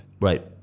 Right